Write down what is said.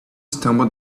stumbled